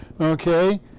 Okay